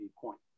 point